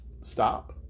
stop